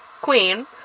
queen